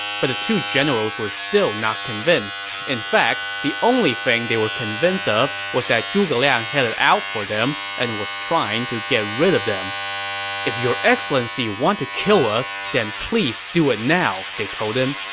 but the two generals were still not convinced. in fact, the only thing they were convinced ah of was that zhuge liang had it out for them and was trying to get rid of them if your excellency want to kill us, then please do it now, they told him.